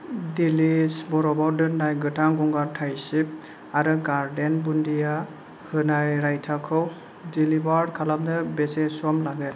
delish बरफाव दोननाय गोथां गंगार थायसिब आरो गार्डेन बुन्दिया होनाय रायताखौ डेलिबार खालामनो बेसे सम लागोन